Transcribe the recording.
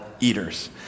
eaters